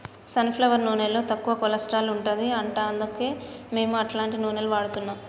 sun flower నూనెలో తక్కువ cholesterol ఉంటది అంట అందుకే మేము అట్లాంటి నూనెలు వాడుతున్నాం